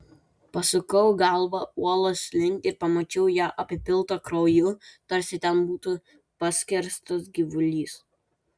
pasukau galvą uolos link ir pamačiau ją apipiltą krauju tarsi ten būtų paskerstas gyvulys